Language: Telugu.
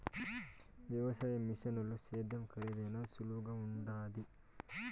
వ్యవసాయ మిషనుల సేద్యం కరీదైనా సులువుగుండాది